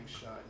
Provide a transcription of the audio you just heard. shot